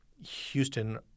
Houston